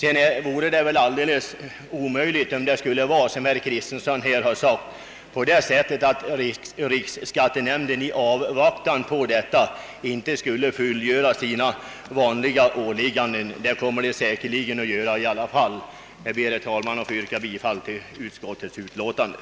Vidare kan jag omöjligt tänka mig att det är riktigt vad herr Kristenson sade, nämligen att riksskattenämnden i avvaktan på detta inte skulle fullgöra sina vanliga åligganden. Det kommer den säkerligen att göra i alla fall. Jag ber, herr talman, att få yrka bifall till utskottets hemställan.